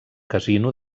casino